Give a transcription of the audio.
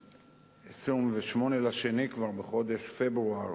ב-28 בפברואר, כבר בחודש פברואר,